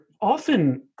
often